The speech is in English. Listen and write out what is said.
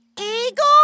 eagle